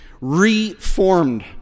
reformed